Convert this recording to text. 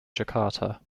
jakarta